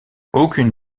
aucune